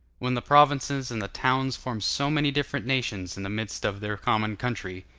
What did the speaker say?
when the provinces and the towns formed so many different nations in the midst of their common country,